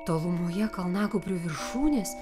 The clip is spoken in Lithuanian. tolumoje kalnagūbrių viršūnės